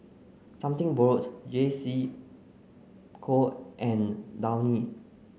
something borrowed J C Co and Downy